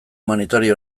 humanitario